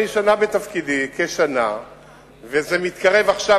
אני כשנה בתפקידי וזה מתקרב עכשיו